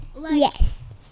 Yes